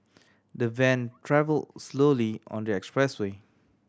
the van travel slowly on the expressway